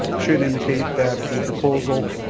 should indicate that the proposal